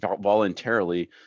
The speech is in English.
voluntarily